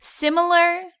Similar